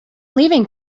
leaving